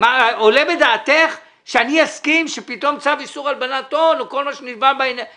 עולה בדעתך שאני אסכים שפתאום צו איסור הלבנת הון ידון